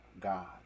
god